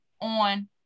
on